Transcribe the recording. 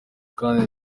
kandi